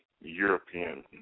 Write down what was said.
European